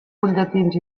butlletins